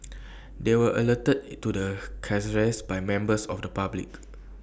they were alerted to the carcasses by members of the public